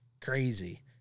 crazy